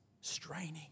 Straining